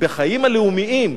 בחיים הלאומיים,